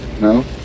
no